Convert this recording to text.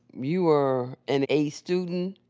you were an a student.